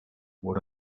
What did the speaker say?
what